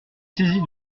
saisi